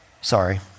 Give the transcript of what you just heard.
Sorry